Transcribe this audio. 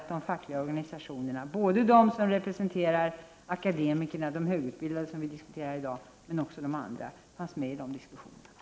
De fackliga organisationerna — såväl de som representerar akademikerna och andra högutbildade som övriga fackliga organisationer — kom alltså med i dessa diskussioner.